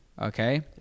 okay